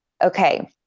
okay